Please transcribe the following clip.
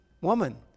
woman